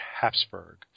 Habsburg